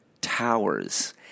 towers